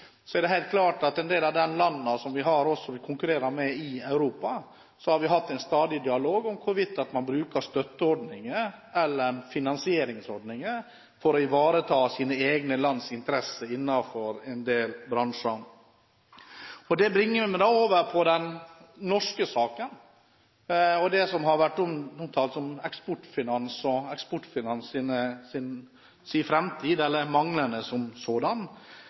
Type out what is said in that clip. med i Europa, hatt en stadig dialog om hvorvidt man bruker støtteordninger eller finansieringsordninger for å ivareta egne lands interesser innenfor en del bransjer. Det bringer meg over på den norske saken og det som har vært omtalt som Eksportfinans' framtid eller manglende sådan, og den debatten som har vært knyttet til hvorvidt regjeringen hadde mulighet til eller